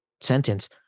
sentence